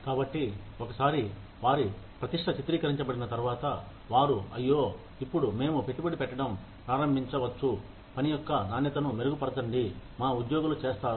కాబట్టి ఒకసారి వారి ప్రతిష్ట చిత్రీకరించబడిన తర్వాత వారు అయ్యో ఇప్పుడు మేము పెట్టుబడి పెట్టడం ప్రారంభించవచ్చు పని యొక్క నాణ్యతను మెరుగు పరచండి మా ఉద్యోగులు చేస్తారు